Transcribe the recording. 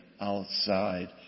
outside